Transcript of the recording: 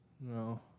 No